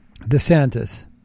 DeSantis